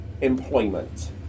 employment